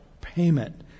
payment